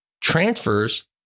transfers